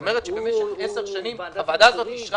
כלומר עשר שנים הוועדה הזאת אישרה